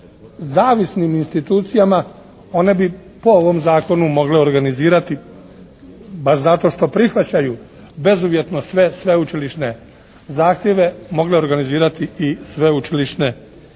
zavisnim institucijama one bi po ovom zakonu mogle organizirati baš zato što prihvaćaju bezuvjetno sve sveučilišne zahtjeve, mogle organizirati i sveučilišne studije.